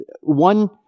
one